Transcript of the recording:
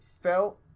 felt